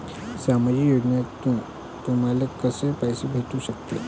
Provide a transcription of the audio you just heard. सामाजिक योजनेतून तुम्हाले कसा पैसा भेटू सकते?